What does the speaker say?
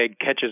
catches